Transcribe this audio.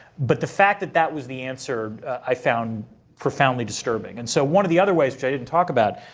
but the fact that that was the answer, i found profoundly disturbing. and so one of the other ways, which i didn't talk about,